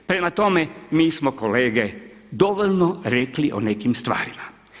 Prema tome, mi smo kolege dovoljni rekli o nekim stvarima.